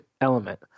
element